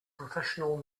professional